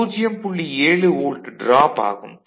7 volt drop ஆகும்